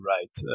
right